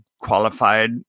qualified